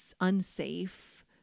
unsafe